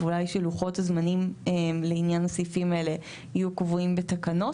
ואולי שלוחות הזמנים לעניין הסעיפים האלה יהיו קבועים בתקנות,